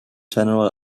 general